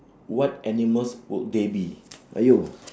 what animals would they be !aiyo!